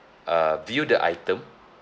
uh view the item